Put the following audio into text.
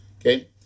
okay